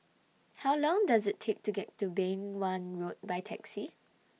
How Long Does IT Take to get to Beng Wan Road By Taxi